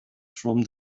from